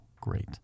great